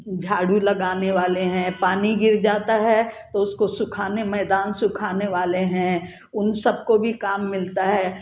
झाड़ू लगाने वाले हैं पानी गिर जाता है तो उसको सुखाने मैदान सुखाने वाले हैं उन सब को भी काम मिलता हैं